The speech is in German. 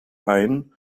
ein